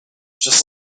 just